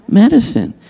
medicine